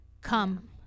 come